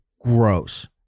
gross